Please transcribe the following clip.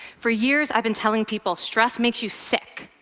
for years i've been telling people, stress makes you sick.